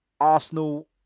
Arsenal